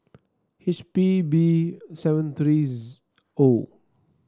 H P B seven three O